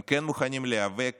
הם כן מוכנים להיאבק